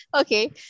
okay